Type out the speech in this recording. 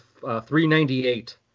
398